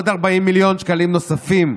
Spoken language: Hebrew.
40 מיליון שקלים נוספים,